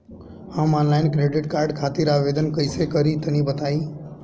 हम online credit card खातिर आवेदन कइसे करि तनि बताई?